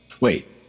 Wait